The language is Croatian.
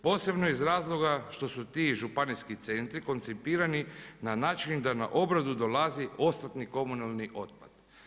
Posebno iz razloga što su ti županijski centri, koncipirani na način da na obradu dolazi ostali komunalni otpad.